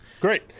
Great